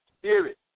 spirit